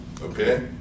okay